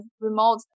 remote